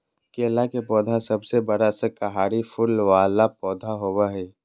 केला के पौधा सबसे बड़ा शाकाहारी फूल वाला पौधा होबा हइ